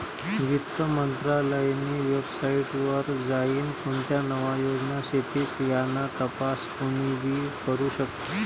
वित्त मंत्रालयनी वेबसाईट वर जाईन कोणत्या नव्या योजना शेतीस याना तपास कोनीबी करु शकस